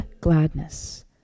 gladness